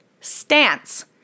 stance